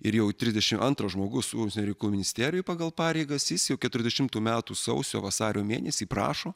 ir jau trisdešimt antras žmogus užsienio reikalų ministerijoj pagal pareigas jis jau keturiasdešimtų metų sausio vasario mėnesį prašo